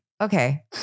okay